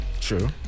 True